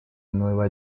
nueva